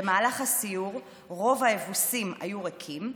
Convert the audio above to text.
במהלך הסיור רוב האבוסים היו ריקים.